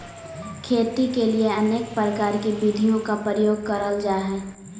खेती के लिए अनेक प्रकार की विधियों का प्रयोग करल जा हई